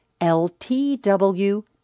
ltw